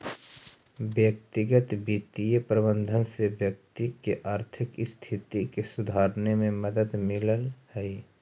व्यक्तिगत वित्तीय प्रबंधन से व्यक्ति के आर्थिक स्थिति के सुधारने में मदद मिलऽ हइ